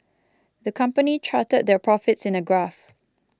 the company charted their profits in a graph